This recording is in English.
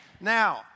Now